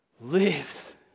lives